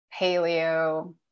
paleo